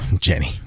Jenny